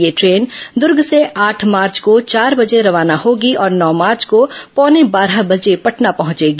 यह ट्रेन दूर्ग से आठ मार्च को चार बजे रवाना होगी और नौ मार्च को पौने बारह बजे पटना पहुंचेगी